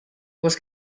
was